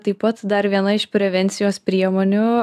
taip pat dar viena iš prevencijos priemonių